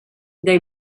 they